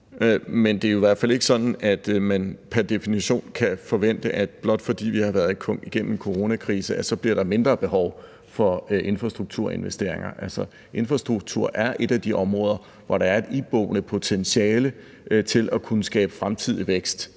Men det er jo i hvert fald ikke sådan, at man pr. definition kan forvente, at blot fordi vi har været igennem en coronakrise, bliver der mindre behov for infrastrukturinvesteringer. Altså, infrastruktur er et af de områder, hvor der er et iboende potentiale til at kunne skabe fremtidig vækst